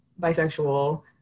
bisexual